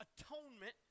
atonement